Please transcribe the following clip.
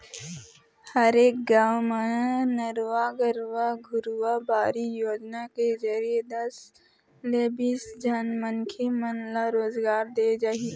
हरेक गाँव म नरूवा, गरूवा, घुरूवा, बाड़ी योजना के जरिए दस ले बीस झन मनखे मन ल रोजगार देय जाही